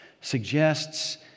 suggests